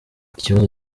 kibazo